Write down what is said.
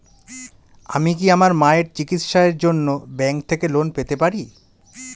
আমি কি আমার মায়ের চিকিত্সায়ের জন্য ব্যঙ্ক থেকে লোন পেতে পারি?